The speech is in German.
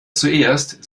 zuerst